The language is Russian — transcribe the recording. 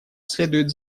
следует